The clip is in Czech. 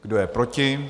Kdo je proti?